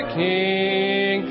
king